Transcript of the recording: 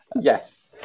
Yes